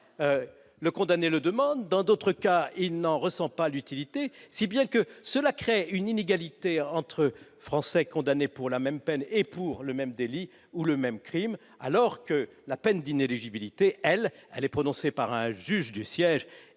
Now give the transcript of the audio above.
le condamné le demande, dans d'autres cas, il n'en ressent pas l'utilité, ce qui crée une inégalité entre Français condamnés à la même peine et pour le même délit ou le même crime. La peine d'inéligibilité, en revanche, prononcée par un juge du siège,